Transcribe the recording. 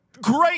great